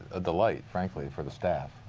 a delight, frankly for the staff.